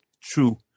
true